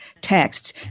Texts